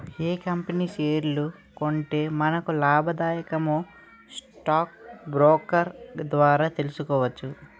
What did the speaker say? ఏ company షేర్లు కొంటే మనకు లాభాదాయకమో స్టాక్ బ్రోకర్ ద్వారా తెలుసుకోవచ్చు